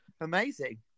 Amazing